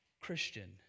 Christian